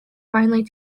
finally